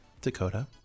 Dakota